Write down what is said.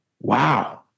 Wow